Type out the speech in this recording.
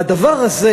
והדבר הזה,